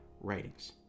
writings